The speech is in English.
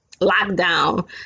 lockdown